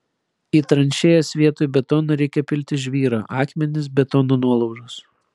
į tranšėjas vietoj betono reikia pilti žvyrą akmenis betono nuolaužas